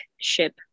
ship